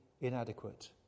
inadequate